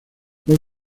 fue